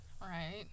Right